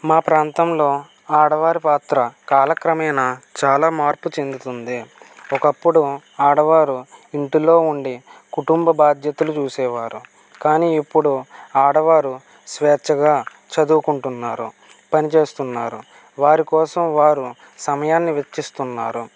మా ప్రాంతంలో ఆడవారి పాత్ర కాలక్రమేణా చాలా మార్పు చెందుతుంది ఒకప్పుడు ఆడవారు ఇంటిలో ఉండి కుటుంబ బాధ్యతలు చూసేవారు కానీ ఇప్పుడు ఆడవారు స్వేచ్చగా చదువుకుంటున్నారు పనిచేస్తున్నారు వారి కోసం వారు సమయాన్ని వెచ్చిస్తున్నారు